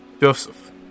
Joseph